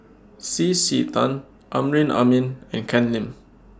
C C Tan Amrin Amin and Ken Lim